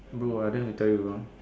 bro I didn't want to tell you bro